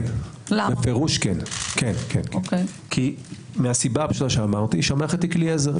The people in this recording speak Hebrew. בפירוש כן, כי המערכת היא כלי עזר.